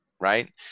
right